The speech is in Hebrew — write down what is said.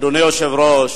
אדוני היושב-ראש,